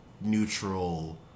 neutral